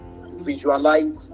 visualize